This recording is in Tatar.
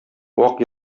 вак